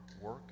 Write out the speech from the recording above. work